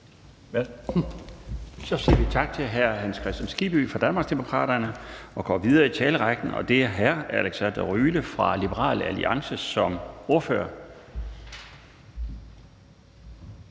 Så siger vi tak til hr. Hans Kristian Skibby fra Danmarksdemokraterne og går videre i talerrækken, og det er med hr. Alexander Ryle fra Liberal Alliance som ordfører.